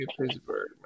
Pittsburgh